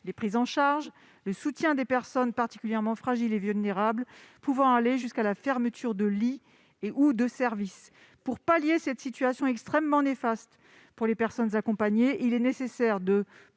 les prises en charge et sur le soutien à des personnes particulièrement fragiles et vulnérables. Cela peut aller jusqu'à des fermetures de lits ou de services. Face à une telle situation, qui est extrêmement néfaste pour les personnes accompagnées, il est nécessaire de